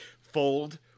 fold